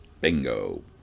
Bingo